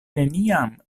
neniam